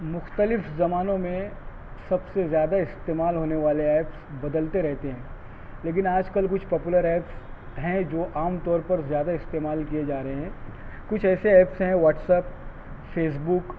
مختلف زمانوں میں سب سے زیادہ استعمال ہونے والے ایپس بدلتے رہتے ہیں لیکن آج کل کچھ پاپولر ایپس ہیں جو عام طور پر زیادہ استعمال کیے جا رہے ہیں کچھ ایسے ایپس ہیں واٹس ایپ فیس بک